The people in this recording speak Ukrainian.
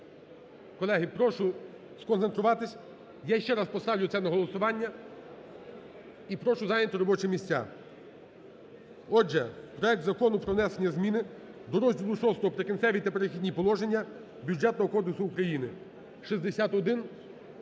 Колеги, прошу сконцентруватись. Я ще раз поставлю це на голосування і прошу зайняти робочі місця. Отже, проект Закону про внесення зміни до розділу VI "Прикінцеві та перехідні положення" Бюджетного кодексу України, 6161.